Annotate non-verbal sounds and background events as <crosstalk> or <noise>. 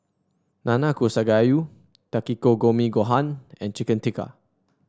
Nanakusa Gayu <unintelligible> gohan and Chicken Tikka